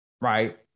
right